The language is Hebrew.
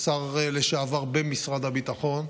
השר לשעבר במשרד הביטחון.